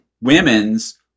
women's